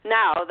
now